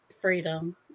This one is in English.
freedom